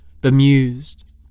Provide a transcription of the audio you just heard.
Bemused